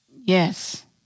Yes